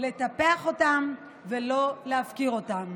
לטפח אותם ולא להפקיר אותם.